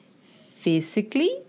physically